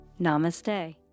Namaste